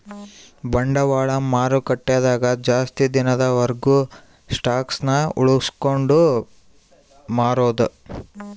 ಬಂಡವಾಳ ಮಾರುಕಟ್ಟೆ ದಾಗ ಜಾಸ್ತಿ ದಿನದ ವರ್ಗು ಸ್ಟಾಕ್ಷ್ ಉಳ್ಸ್ಕೊಂಡ್ ಮಾರೊದು